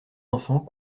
enfants